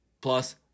plus